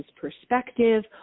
perspective